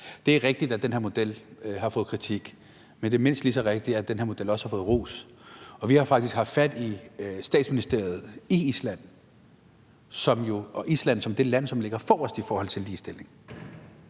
Det er rigtigt, at den her model har fået kritik, men det er mindst lige så rigtigt, at den her model også har fået ros. Og vi har faktisk haft fat i Statsministeriet i Island – det land, som ligger forrest i forhold til ligestilling